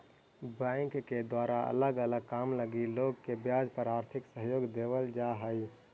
bank के द्वारा अलग अलग काम लगी लोग के ब्याज पर आर्थिक सहयोग देवल जा हई